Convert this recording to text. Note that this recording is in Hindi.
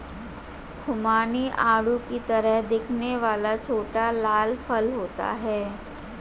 खुबानी आड़ू की तरह दिखने वाला छोटा लाल फल होता है